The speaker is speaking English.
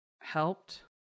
helped